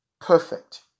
perfect